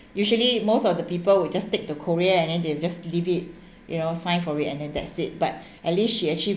usually most of the people will just take the courier and then they'll just leave it you know sign for it and that's it but at least she actually